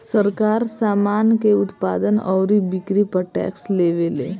सरकार, सामान के उत्पादन अउरी बिक्री पर टैक्स लेवेले